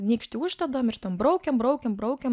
nykštį uždedam ir ten braukiam braukiam braukiam